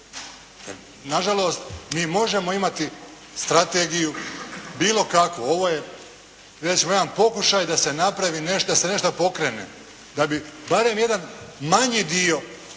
Nažalost, mi možemo imati strategiju, bilo kakvu. Ovo je recimo jedan pokušaj da se napravi nešto, da se nešto pokrene, da bi barem jedan manji dio